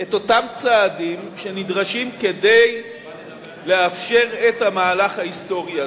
את אותם צעדים שנדרשים כדי לאפשר את המהלך ההיסטורי הזה.